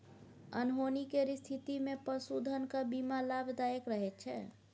अनहोनी केर स्थितिमे पशुधनक बीमा लाभदायक रहैत छै